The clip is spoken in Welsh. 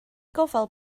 gofal